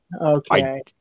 Okay